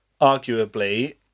Arguably